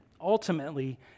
ultimately